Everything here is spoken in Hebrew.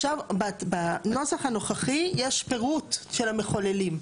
בנוסח הנוכחי יש פירוט של המחוללים.